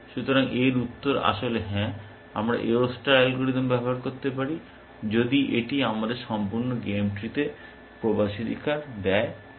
সুতরাং এর উত্তর আসলে হ্যাঁ আমরা A O ষ্টার অ্যালগরিদম ব্যবহার করতে পারি যদি এটি আমাদের সম্পূর্ণ গেম ট্রিতে প্রবেশাধিকার দেয় তো